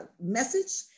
message